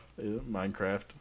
Minecraft